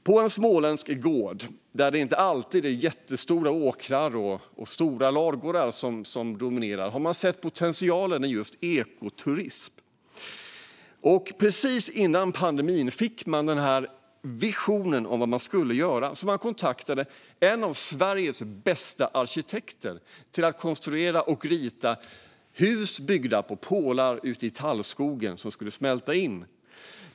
På en småländsk gård, där det inte alltid är jättestora åkrar och stora ladugårdar som dominerar, har de sett potentialen i ekoturism. Precis före pandemin fick de visionen om vad de skulle göra. De kontaktade en av Sveriges bästa arkitekter, som konstruerade och ritade hus byggda på pålar som skulle smälta in ute i tallskogen.